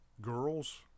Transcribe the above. Girls